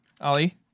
Ali